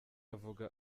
avuga